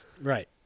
Right